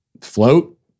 float